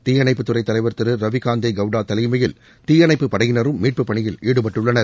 தீயணைப்புத்துறை தலைவர் திரு ரவிகாந்தே கவுடா தலைமையில் தீயணைப்பு படையினரும் மீட்பு பணியில் ஈடுபட்டுள்ளனர்